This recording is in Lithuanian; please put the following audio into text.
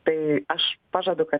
tai aš pažadu kad